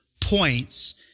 points